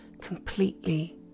completely